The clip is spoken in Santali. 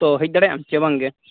ᱛᱚ ᱦᱮᱡ ᱫᱟᱲᱮᱭᱟᱜᱼᱟᱢ ᱥᱮ ᱵᱟᱝᱜᱮ